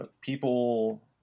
people